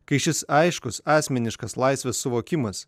kai šis aiškus asmeniškas laisvės suvokimas